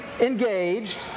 engaged